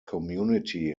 community